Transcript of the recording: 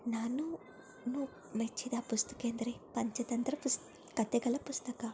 ನಾನು ನು ಮೆಚ್ಚಿದ ಪುಸ್ತಕ ಎಂದರೆ ಪಂಚತಂತ್ರ ಪುಸ್ ಕಥೆಗಳ ಪುಸ್ತಕ